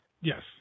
Yes